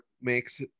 makes